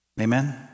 Amen